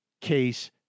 case